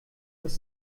das